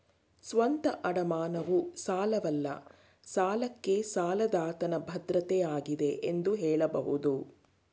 ಸ್ವಂತ ಅಡಮಾನವು ಸಾಲವಲ್ಲ ಸಾಲಕ್ಕೆ ಸಾಲದಾತನ ಭದ್ರತೆ ಆಗಿದೆ ಎಂದು ಹೇಳಬಹುದು